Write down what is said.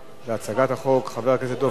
להצגת החוק, חבר הכנסת דב חנין,